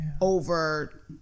over